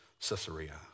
Caesarea